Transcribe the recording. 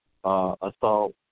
assault